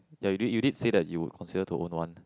ya you did you did say that you consider to own one